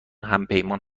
همپیمان